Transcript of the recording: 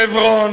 חברון,